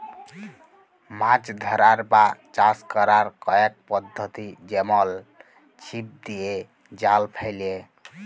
মাছ ধ্যরার বা চাষ ক্যরার কয়েক পদ্ধতি যেমল ছিপ দিঁয়ে, জাল ফ্যাইলে